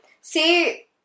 See